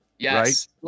Yes